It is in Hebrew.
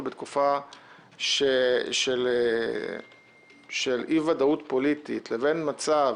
בתקופה של אי ודאות פוליטית לבין מצב